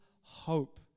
hope